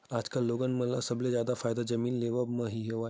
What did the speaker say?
आजकल लोगन मन ल सबले जादा फायदा जमीन लेवब म ही हवय